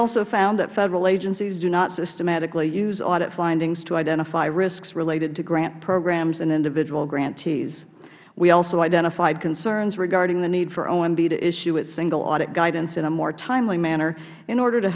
also found that federal agencies do not systematically use audit findings to identify risks related to grant programs and individual grantees we also identified concerns regarding the need for omb to issue its single audit guidance in a more timely manner in order to